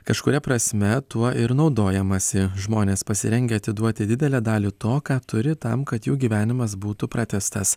kažkuria prasme tuo ir naudojamasi žmonės pasirengę atiduoti didelę dalį to ką turi tam kad jų gyvenimas būtų pratęstas